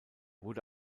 wurde